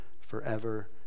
forever